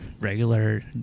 regular